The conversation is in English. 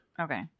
okay